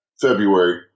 February